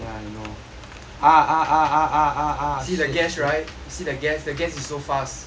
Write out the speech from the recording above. ah ah ah ah ah ah ah see the gas right you see the gas the gas is so fast